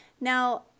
Now